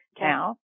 now